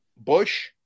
Bush